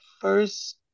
first